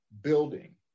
building